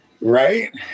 right